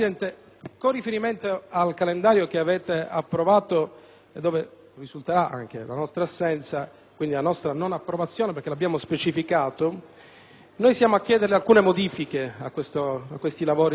con riferimento al calendario che avete approvato - dove risulterà anche la nostra assenza, quindi la nostra non approvazione, come abbiamo specificato - vorremmo chiederle alcune modifiche rispetto ai lavori